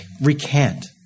recant